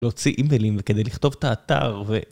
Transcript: להוציא אימיילים וכדי לכתוב את האתר ו...